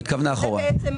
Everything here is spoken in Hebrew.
היא התכוונה אחורה.